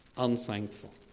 Unthankful